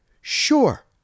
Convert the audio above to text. sure